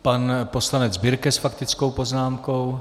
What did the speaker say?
Pan poslanec Birke s faktickou poznámkou.